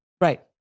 Right